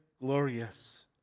glorious